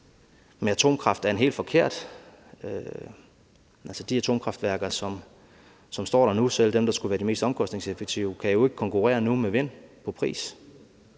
atomkraft er en helt forkert vej. Altså, de atomkraftværker, som står der nu – selv dem, der skulle være de mest omkostningseffektive – kan jo ikke konkurrere nu med vind på pris.